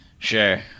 Sure